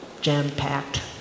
jam-packed